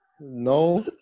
No